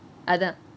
அதான்:athaan